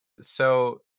So-